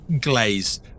glaze